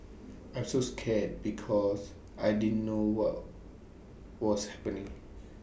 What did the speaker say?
I was so scared because I didn't know what was happening